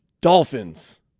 Dolphins